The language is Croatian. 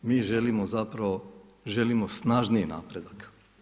Mi želimo zapravo, želimo snažniji napredak.